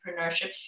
entrepreneurship